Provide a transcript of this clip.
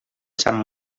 sant